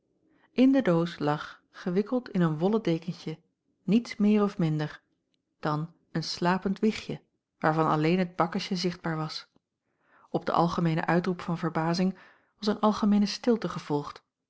in de doos lag gewikkeld in een wollen dekentje niets meer of minder dan een slapend wichtje waarvan alleen het bakkesje zichtbaar was op den algemeenen uitroep van verbazing was een algemeene stilte gevolgd